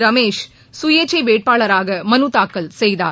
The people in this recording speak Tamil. ரமேஷ் சுயேட்சை வேட்பாளராக மனுத்தாக்கல் செய்தார்